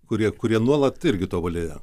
kurie kurie nuolat irgi tobulėja